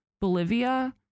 Bolivia